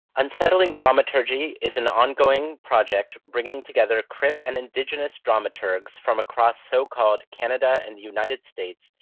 unsettling dramaturgy is an ongoing project, bringing together crip and indigenous dramaturgs from across so-called canada and the united states,